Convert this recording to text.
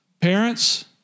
Parents